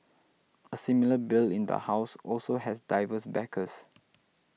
a similar bill in the House also has diverse backers